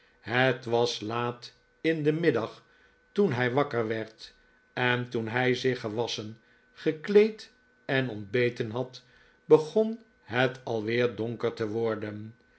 het was laat in den middag toen hij wakker werd en toen hij zich gewasschen gekleed en ontbeten had begon het al weer donker te worden